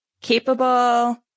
capable